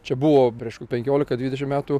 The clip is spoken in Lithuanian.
čia buvo prieš penkiolika dvidešim metų